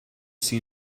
see